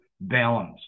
balance